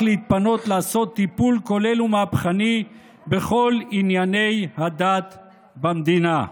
להתפנות לעשות טיפול כולל ומהפכני בכל ענייני הדת במדינה.